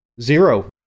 Zero